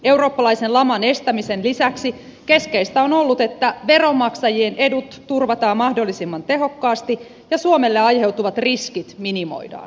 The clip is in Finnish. eurooppalaisen laman estämisen lisäksi keskeistä on ollut että veronmaksajien edut turvataan mahdollisimman tehokkaasti ja suomelle aiheutuvat riskit minimoidaan